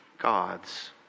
God's